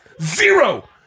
Zero